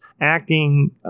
acting